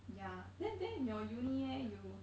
ya then then your uni eh you